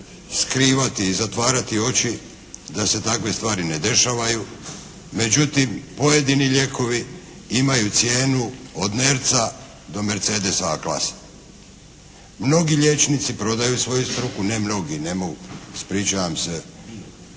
skrivati i zatvarati oči da se takve stvari ne dešavaju, međutim pojedini lijekovi imaju cijenu od nerca do Mercedesa A klase. Mnogi liječnici prodaju svoju struku, ne mnogi, ispričavam se,